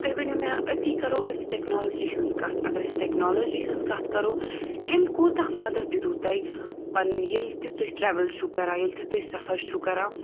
تُہۍ ؤنِو مےٚ أتی کَرو أسۍ ٹَیکنَالٕجِی ہٕنٛز کَتھ اگر أسۍ ٹَیکنَالٕجِی ہٕنٛز کَتھ کَرو اَمہِ کوتاہ مَدَتھ دِدو تۄہہِ پَنٕنۍ ییٚلہِ تہِ تُہۍ ٹَرٛٮ۪وٕل چھُو کَران ییٚلہِ تہِ تُہۍ سَفر چھُو کَران